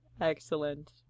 Excellent